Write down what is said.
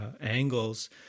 angles